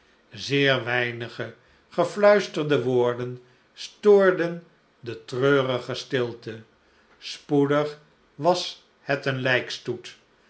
zeer weinige gefluisterde woorden stoorden de treurige stilte spoedig was het een lijkstoet